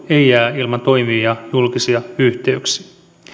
ei jää ilman toimivia julkisia yhteyksiä